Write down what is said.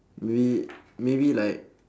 may~ maybe like